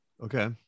Okay